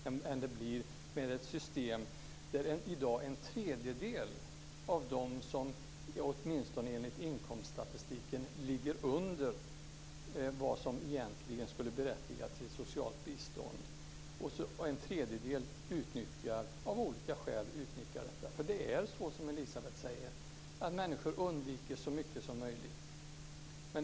I dag är det enligt inkomststatistiken en tredjedel som ligger under vad som egentligen skulle berättiga till socialt bistånd, och en tredjedel utnyttjar av olika skäl detta. Det är som Elisebeht Markström säger, nämligen att människor undviker bistånd så mycket som möjligt.